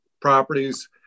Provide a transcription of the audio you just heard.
properties